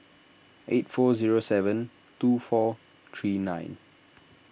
eight four zero seven two four three nine